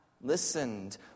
listened